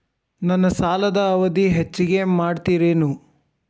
ನನ್ನ ಸಾಲದ ಅವಧಿ ಹೆಚ್ಚಿಗೆ ಮಾಡ್ತಿರೇನು?